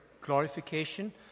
glorification